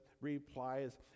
replies